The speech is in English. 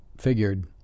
figured